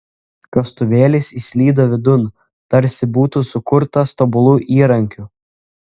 kastuvėlis įslydo vidun tarsi būtų sukurtas tobulu įrankiu